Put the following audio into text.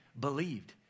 believed